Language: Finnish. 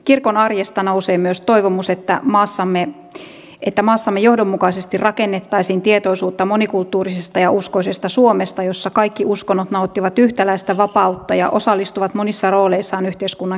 kirkon arjesta nousee myös toivomus että maassamme johdonmukaisesti rakennettaisiin tietoisuutta monikulttuurisesta ja uskoisesta suomesta jossa kaikki uskonnnot nauttivat yhtäläistä vapautta ja osallistuvat monissa rooleissaan yhteiskunnan kehittämiseen